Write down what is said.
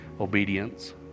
obedience